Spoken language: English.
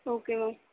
okay ma'am